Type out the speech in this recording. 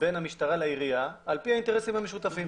בין המשטרה לעירייה על פי האינטרסים המשותפים.